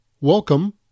Welcome